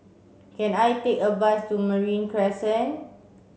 can I take a bus to Marine Crescent